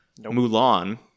Mulan